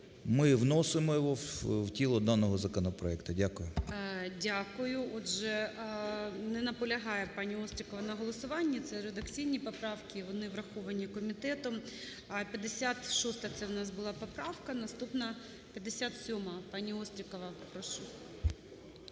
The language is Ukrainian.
Ми вносимо його в тіло даного законопроекту. Дякую. ГОЛОВУЮЧИЙ. Дякую. Отже, не наполягає пані Острікова на голосуванні. Це редакційні поправки вони враховані комітетом. 56-а це у нас була поправка. Наступна – 57-а. Пані Острікова, прошу.